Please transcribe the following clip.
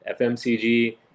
FMCG